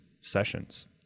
sessions